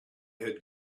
had